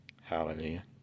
Hallelujah